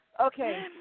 Okay